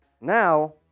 Now